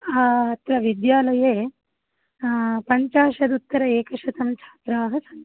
अत्र विद्यालये पञ्चाशदुत्तर एकशतछात्राः सन्ति